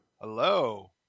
hello